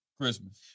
Christmas